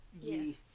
Yes